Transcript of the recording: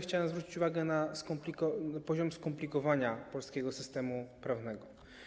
Chciałem zwrócić uwagę na poziom skomplikowania polskiego systemu prawnego.